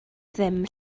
ddim